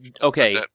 Okay